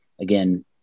again